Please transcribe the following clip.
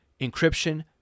encryption